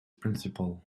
principal